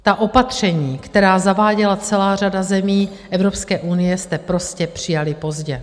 Ta opatření, která zaváděla celá řada zemí Evropské unie, jste prostě přijali pozdě.